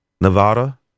Nevada